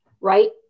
Right